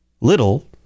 little